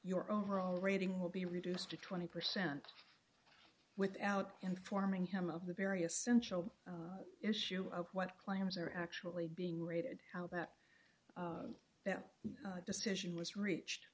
your overall rating will be reduced to twenty percent without informing him of the very essential issue of what claims are actually being rated how that that decision was reached